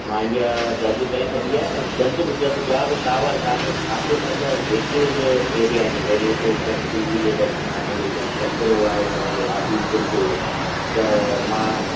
मां इहा दर्ज करे छॾी आहे ऐं जल्द बि जल्द ॿिया बि टावर तव्हां जे आसे पासे वारा जेके बि एरिया आहिनि रेल्वे टेशन टू बी जे भरिसां आहे यां चकिरो आहे तव्हां जो आदिपुर जो त मां